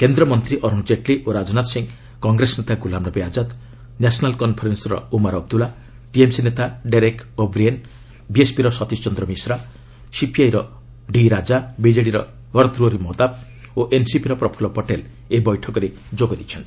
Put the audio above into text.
କେନ୍ଦ୍ର ମନ୍ତ୍ରୀ ଅରୁଣ ଜେଟଲୀ ଓ ରାଜନାଥ ସିଂହ କଂଗ୍ରେସ ନେତା ଗୁଲାମନବି ଆକ୍ଷାଦ୍ ନ୍ୟାସନାଲ୍ କନ୍ଫରେନ୍ସର ଓମାର ଅବଦୁଲ୍ଲା ଟିଏମ୍ସି ନେତା ଡେରେକ୍ ଓ'ବ୍ରିଏନ୍ ବିଏସ୍ପି ର ସତୀଶ ଚନ୍ଦ୍ର ମିଶ୍ରା ସିପିଆଇର ବି ରାଜା ବିଜେଡ଼ିର ଭର୍ତ୍ତୃହରି ମହତାବ ଓ ଏନ୍ସିପିର ପ୍ରଫୁଲ୍ଲ ପଟେଲ ଏହି ବୈଠକରେ ଯୋଗ ଦେଇଛନ୍ତି